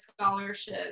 scholarship